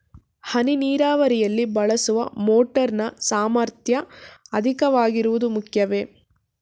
ಹನಿ ನೀರಾವರಿಯಲ್ಲಿ ಬಳಸುವ ಮೋಟಾರ್ ನ ಸಾಮರ್ಥ್ಯ ಅಧಿಕವಾಗಿರುವುದು ಮುಖ್ಯವೇ?